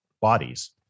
bodies